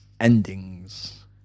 Endings